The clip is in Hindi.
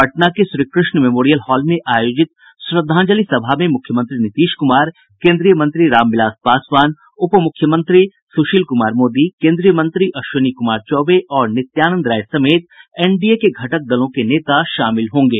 पटना के श्रीकृष्ण मेमोरियल हॉल में आयोजित श्रद्वांजलि सभा में मुख्यमंत्री नीतीश कुमार केंद्रीय मंत्री रामविलास पासवान उप मुख्यमंत्री सुशील कुमार मोदी केंद्रीय मंत्री अश्विनी कुमार चौबे और नित्यानंद राय समेत एनडीए के घटक दलों के नेता शामिल होंगे